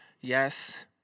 yes